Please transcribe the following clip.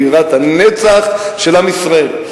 בירת הנצח של עם ישראל.